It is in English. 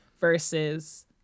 versus